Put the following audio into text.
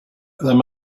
them